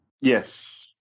Yes